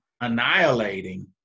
annihilating